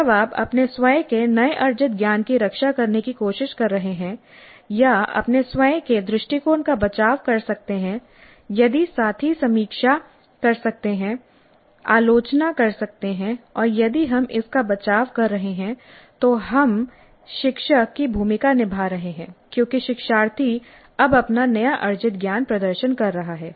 जब आप अपने स्वयं के नए अर्जित ज्ञान की रक्षा करने की कोशिश कर रहे हैं या अपने स्वयं के दृष्टिकोण का बचाव कर सकते हैं यदि साथी समीक्षा कर सकते हैं आलोचना कर सकते हैं और यदि हम इसका बचाव कर रहे हैं तो हम शिक्षक की भूमिका निभा रहे हैं क्योंकि शिक्षार्थी अब अपना नया अर्जित ज्ञान प्रदर्शन कर रहा है